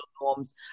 norms